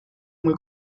muy